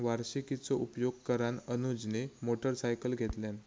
वार्षिकीचो उपयोग करान अनुजने मोटरसायकल घेतल्यान